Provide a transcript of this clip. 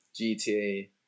GTA